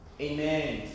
Amen